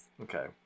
Okay